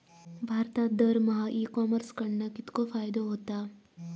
भारतात दरमहा e commerce कडणा कितको फायदो होता?